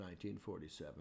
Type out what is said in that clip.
1947